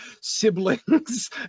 siblings